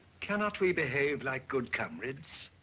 can not we behave like good comrades?